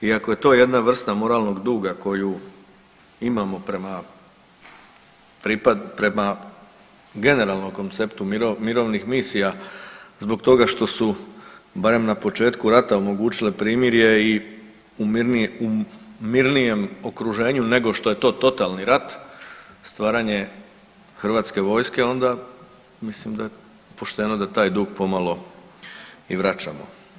I ako je to jedna vrsta moralnog duga koju imamo prema generalnom konceptu mirovnih misija zbog toga što su barem na početku rata omogućile primirje i u mirnijem okruženju nego što je to totalni rat, stvaranje HV-a, onda mislim da je pošteno da taj dug pomalo i vraćamo.